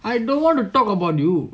I don't want to talk about you